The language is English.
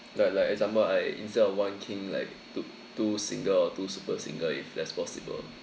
like like example I instead of one king like two two single or two super single if that's possible